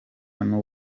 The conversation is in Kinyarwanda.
n’u